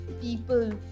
people